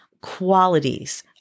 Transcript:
qualities